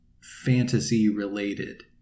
fantasy-related